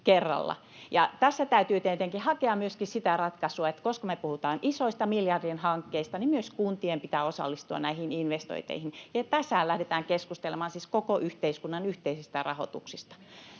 Tässä täytyy tietenkin hakea myöskin sitä ratkaisua, että koska me puhutaan isoista, miljardien hankkeista, niin myös kuntien pitää osallistua näihin investointeihin. Tässähän lähdetään keskustelemaan siis koko yhteiskunnan yhteisistä rahoituksista.